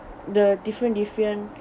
the different different